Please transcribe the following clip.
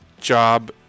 job